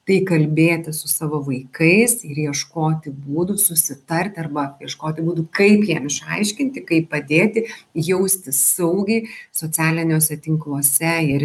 tai kalbėtis su savo vaikais ieškoti būdų susitarti arba ieškoti būdų kaip jiem išaiškinti kaip padėti jaustis saugiai socialiniuose tinkluose ir